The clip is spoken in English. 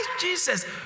Jesus